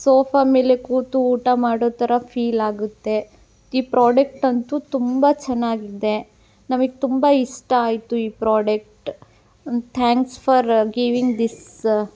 sofa ಮೇಲೆ ಕೂತು ಊಟ ಮಾಡೋ ಥರ ಫೀಲ್ ಆಗುತ್ತೆ ಈ ಪ್ರಾಡಕ್ಟ್ ಅಂತೂ ತುಂಬ ಚೆನ್ನಾಗಿದೆ ನಮಗ್ ತುಂಬ ಇಷ್ಟ ಆಯಿತು ಈ product thanks for giving this